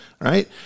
right